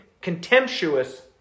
Contemptuous